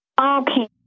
okay